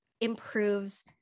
improves